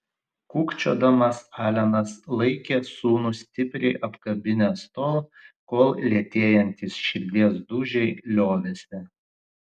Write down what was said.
kūkčiodamas alenas laikė sūnų stipriai apkabinęs tol kol lėtėjantys širdies dūžiai liovėsi